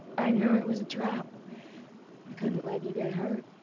i knew it was a trap! i couldn't let you get hurt.